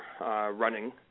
running